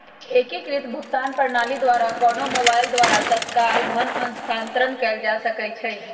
एकीकृत भुगतान प्रणाली द्वारा कोनो मोबाइल द्वारा तत्काल धन स्थानांतरण कएल जा सकैछइ